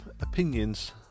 opinions